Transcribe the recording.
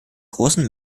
großen